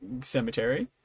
cemetery